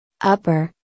Upper